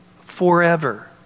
forever